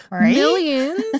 Millions